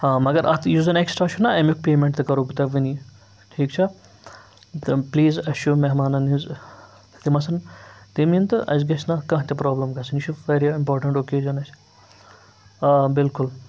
آ مگر اَتھ یُس زَن اٮ۪کٕسٹرٛا چھُنا اَمیُک پیمٮ۪نٛٹ تہِ کَرو بہٕ تۄہہِ وٕنی ٹھیٖک چھا تہٕ پٕلیٖز اَسہِ چھُ مہمانَن ہِنٛز تِم آسَن تِم یِن تہٕ اَسہِ گژھِ نہٕ کانٛہہ تہِ پرٛابلِم گَژھٕنۍ یہِ چھُ واریاہ اِمپاٹنٛٹ اوکیجَن اَسہِ آ بِلکُل